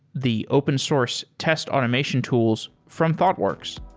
the open source test automation tools from thoughtworks.